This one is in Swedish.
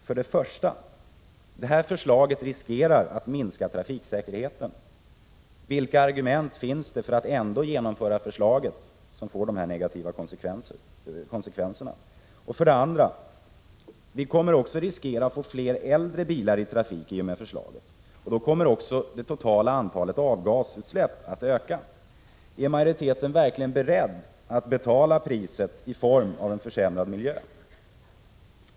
För det första: Förslaget riskerar att sänka trafiksäkerheten. Vilka argument finns för att ändå genomföra ett förslag som får dessa negativa konskvenser? För det andra: Vi riskerar också att få fler äldre bilar i trafik i och med förslaget. Då kommer även avgasutsläppen att öka. Är majoriteten verkligen beredd att betala priset i form av en försämrad miljö?